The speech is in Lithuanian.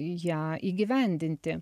ją įgyvendinti